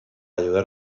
ayudar